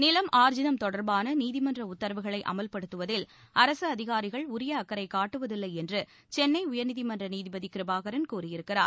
நிலம் ஆர்ஜிதம் தொடர்பான நீதிமன்ற உத்தரவுகளை அமல்படுத்துவதில் அரசு அதிகாரிகள் உரிய அக்கறை காட்டுவதில்லை என்று சென்னை உயர்நீதிமன்ற நீதிபதி கிருபாகரன் கூறியிருக்கிறார்